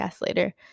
later